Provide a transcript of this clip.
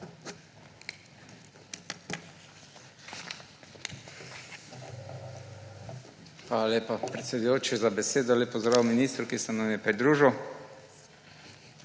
Hvala lepa, predsedujoči, za besedo. Lep pozdrav ministru, ki se nam je pridružil.